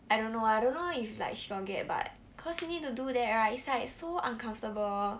I don't know I don't know if like she got get but because you need to do that right is like so uncomfortable